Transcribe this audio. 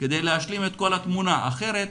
כדי להשלים את כל התמונה, אחרת,